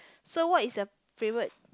so what is your favourite